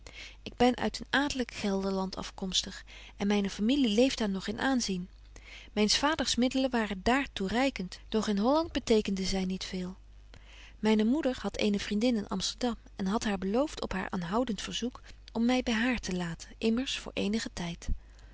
ik ben uit het adelyk gelderland afkomstig en myne familie leeft daar nog in aanzien myns vaders middelen waren dààr toereikent doch in holland betekenden zy niet veel myne moeder hadt eene vriendin in amsterdam en hadt haar belooft op haar aanhoudent verzoek om my by haar te laten immers voor eenigen tyd